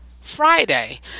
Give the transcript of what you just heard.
Friday